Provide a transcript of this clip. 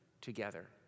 together